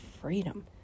freedom